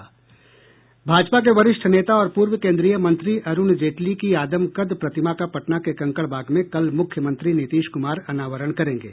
भाजपा के वरिष्ठ नेता और पूर्व केन्द्रीय मंत्री अरुण जेटली की आदमकद प्रतिमा का पटना के कंकड़बाग में कल मुख्यमंत्री नीतीश कुमार अनावरण करेंगे